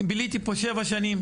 ביליתי פה שבע שנים,